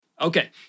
Okay